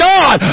God